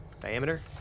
diameter